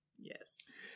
Yes